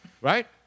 right